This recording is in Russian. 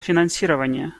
финансирования